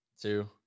two